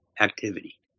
activity